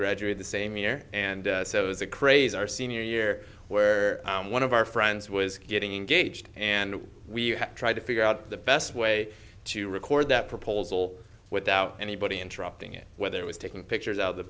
graduate the same year and so it was a craze our senior year where one of our friends was getting engaged and we tried to figure out the best way to record that proposal without anybody interrupting it whether it was taking pictures of the